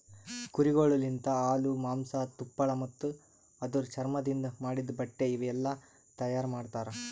ಕುರಿಗೊಳ್ ಲಿಂತ ಹಾಲು, ಮಾಂಸ, ತುಪ್ಪಳ ಮತ್ತ ಅದುರ್ ಚರ್ಮದಿಂದ್ ಮಾಡಿದ್ದ ಬಟ್ಟೆ ಇವುಯೆಲ್ಲ ತೈಯಾರ್ ಮಾಡ್ತರ